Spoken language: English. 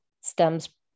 stems